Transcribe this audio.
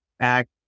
Act